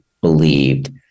believed